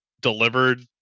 delivered